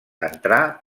entrà